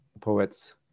poets